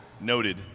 Noted